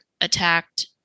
attacked